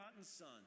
son